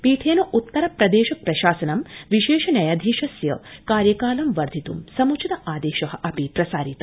पीठेन उत्तरप्रदेश प्रशासनं विशेष न्यायाधीशस्य कार्यकालं वर्धित्ं सम्चित आदेश अपि प्रसारित